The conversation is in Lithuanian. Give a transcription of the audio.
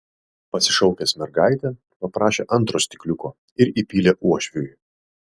pasišaukęs mergaitę paprašė antro stikliuko ir įpylė uošviui